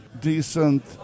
Decent